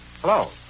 Hello